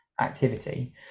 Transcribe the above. activity